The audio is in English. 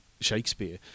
Shakespeare